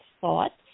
thoughts